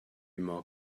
more